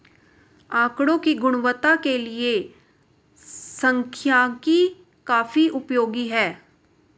आकड़ों की गुणवत्ता के लिए सांख्यिकी काफी उपयोगी है